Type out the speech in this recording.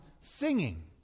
singing